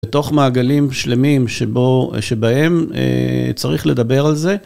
בתוך מעגלים שלמים שבהם צריך לדבר על זה.